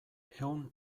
ehun